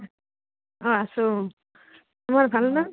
অঁ আছোঁ তোমাৰ ভাল ন